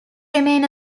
remain